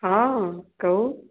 हँ कहु